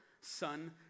Son